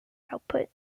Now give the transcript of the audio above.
output